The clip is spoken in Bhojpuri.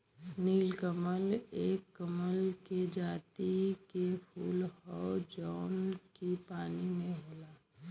नीलकमल एक कमल के जाति के फूल हौ जौन की पानी में होला